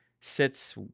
sits